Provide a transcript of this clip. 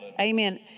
Amen